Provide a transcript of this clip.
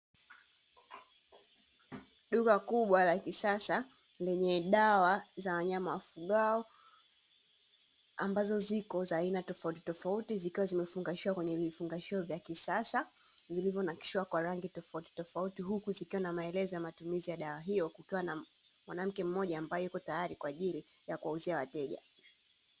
Duka kubwa la kisasa lenye dawa za wanyama wafugwao, ambazo ziko za aina tofautitofauti zinazofunganisha kwenye vifungashio vya kisasa vilivyonakishiwa kwa rangi tofautitofauti; huku zikiwa na maelezo ya matumizi ya dawa hiyo. Kukiwa na mwanamke mmoja ambaye yuko tayari kwa ajili ya kuwauzia wateja.